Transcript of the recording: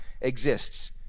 exists